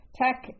tech